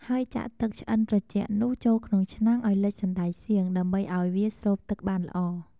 ហើយចាក់ទឹកឆ្អិនត្រជាក់នោះ ចូលក្នុងឆ្នាំងឱ្យលិចសណ្ដែកសៀង ដើម្បីឱ្យវាស្រូបទឹកបានល្អ។